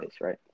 right